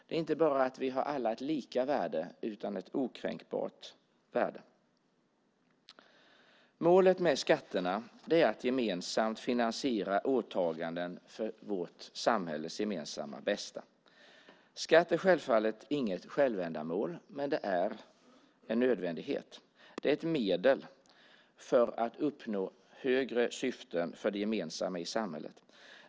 Det är inte bara att vi alla har ett lika värde utan att vi har ett okränkbart värde. Målet med skatterna är att gemensamt finansiera åtaganden för vårt samhälles gemensamma bästa. Skatt är självfallet inget självändamål, men det är en nödvändighet. Det är ett medel för att uppnå högre syften för det gemensamma i samhället.